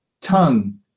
tongue